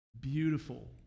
Beautiful